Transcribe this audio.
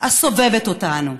הסובבת אותנו.